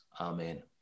Amen